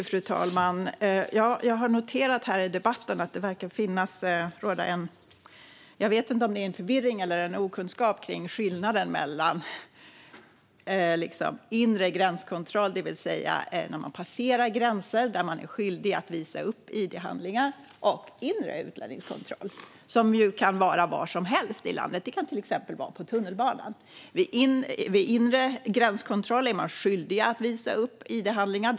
Fru talman! Jag har noterat i debatten att det verkar råda en förvirring, eller kanske okunskap, kring skillnaden mellan inre gränskontroll, som görs när man passerar gränser och är skyldig att visa upp id-handlingar, och inre utlänningskontroll, som kan ske var som helst i landet, till exempel på tunnelbanan. Vid inre gränskontroll är man skyldig att visa upp id-handlingar.